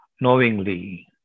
Knowingly